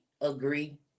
agree